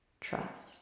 trust